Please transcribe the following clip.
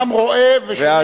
והעם רואה ושומע את,